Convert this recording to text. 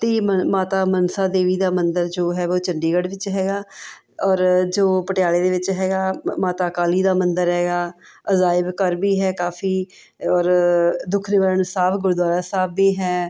ਅਤੇ ਮ ਮਾਤਾ ਮਨਸਾ ਦੇਵੀ ਦਾ ਮੰਦਰ ਜੋ ਹੈ ਵੋ ਚੰਡੀਗੜ੍ਹ ਵਿੱਚ ਹੈਗਾ ਔਰ ਜੋ ਪਟਿਆਲੇ ਦੇ ਵਿੱਚ ਹੈਗਾ ਮ ਮਾਤਾ ਕਾਲੀ ਦਾ ਮੰਦਰ ਹੈਗਾ ਅਜਾਇਬ ਘਰ ਵੀ ਹੈ ਕਾਫ਼ੀ ਔਰ ਦੁੱਖ ਨਿਵਾਰਨ ਸਾਹਿਬ ਗੁਰਦੁਆਰਾ ਸਾਹਿਬ ਵੀ ਹੈ